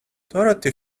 dorothy